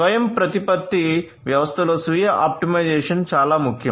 స్వయంప్రతిపత్త వ్యవస్థలలో స్వీయ ఆప్టిమైజేషన్ చాలా ముఖ్యం